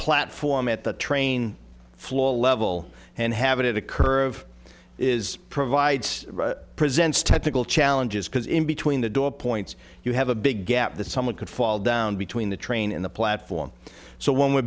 platform at the train floor level and have it a curve is provides presents technical challenges because in between the door points you have a big gap that someone could fall down between the train and the platform so when we're